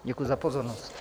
Děkuji za pozornost.